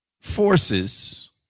forces